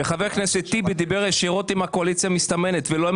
שחבר הכנסת טיבי דיבר ישירות עם הקואליציה המסתמנת ולא עם